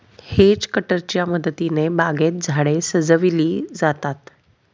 hedge कटरच्या मदतीने बागेत झाडे सजविली जातात